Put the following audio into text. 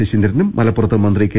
ശശീന്ദ്രനും മലപ്പുറത്ത് മന്ത്രി കെ